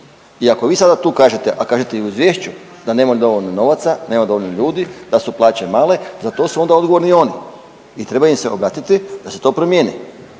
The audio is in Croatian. I ako vi sada tu kažete, a kažete i u izvješću da nemaju dovoljno novaca, nema dovoljno ljudi, da su plaće male za to su onda odgovorni oni i treba im se obratiti da se to promijeni.